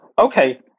Okay